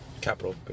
capital